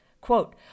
quote